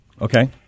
Okay